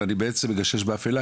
ואני בעצם מגשש באפלה.